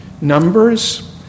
Numbers